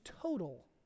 total